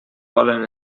volen